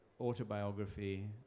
autobiography